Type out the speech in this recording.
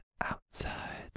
outside